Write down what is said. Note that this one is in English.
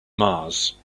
mars